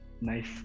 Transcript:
nice